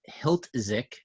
Hiltzik